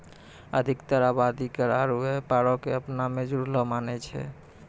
अधिकतर आवादी कर आरु व्यापारो क अपना मे जुड़लो मानै छै